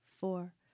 four